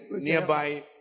nearby